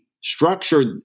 structured